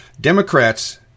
Democrats